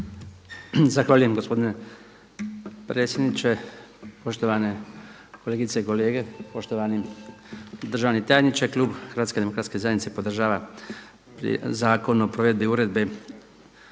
Zahvaljujem gospodine predsjedniče. Poštovane kolegice i kolege, poštovani državni tajniče. Klub HDZ-a podržava Zakon o provedbi Uredbe